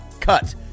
Cut